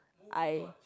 I